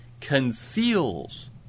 conceals